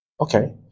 Okay